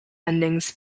endings